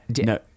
No